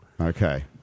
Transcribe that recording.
Okay